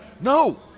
No